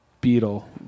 Beetle